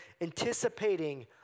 anticipating